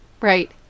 Right